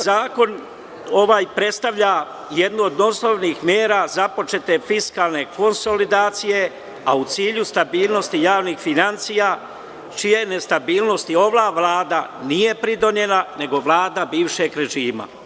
Zakon predstavlja jednu od osnovnih mera započete fiskalne konsolidacije, a u cilju stabilnosti javnih finansija čijoj nestabilnosti ova Vlada nije pridonela, nego Vlada bivšeg režima.